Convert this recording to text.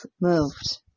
moved